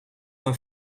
mijn